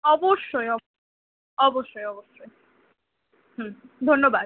অবশ্যই অব অবশ্যই অবশ্যই হুম ধন্যবাদ